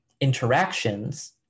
interactions